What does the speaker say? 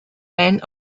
ein